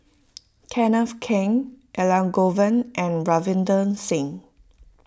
Kenneth Keng Elangovan and Ravinder Singh